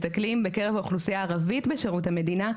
62%. אבל אם אנחנו מסתכלים בקרב האוכלוסייה הערבית בשירות המדינה,